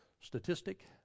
statistic